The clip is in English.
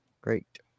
Great